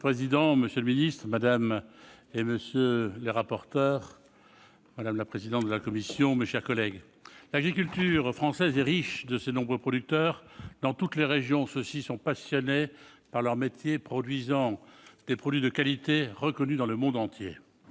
Monsieur le président, monsieur le ministre, madame, monsieur les rapporteurs, madame la présidente de la commission, mes chers collègues, l'agriculture française est riche de ses nombreux producteurs. Dans toutes les régions, ceux-ci sont passionnés par leur métier, produisant des produits de qualité reconnus dans le monde entier.